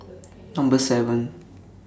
Number seven